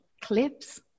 clips